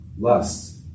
Lust